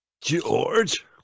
George